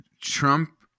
Trump